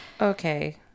Okay